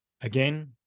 again